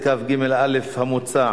כהצעת הוועדה התקבל.